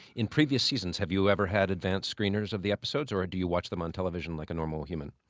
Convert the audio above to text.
in previous seasons, have you ever had advanced screeners of the episodes, or do you watch them on television like a normal human?